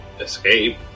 escape